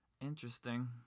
Interesting